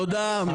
תודה.